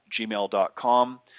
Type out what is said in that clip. gmail.com